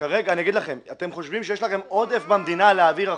אתם חושבים שיש לכם עודף במדינה ושאפשר להעביר החוצה.